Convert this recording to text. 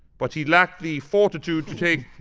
but he lacked the fortitude to take,